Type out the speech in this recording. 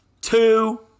two